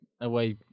away